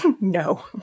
No